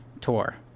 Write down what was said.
tour